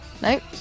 Nope